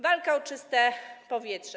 Walka o czyste powietrze.